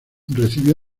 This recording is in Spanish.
recibió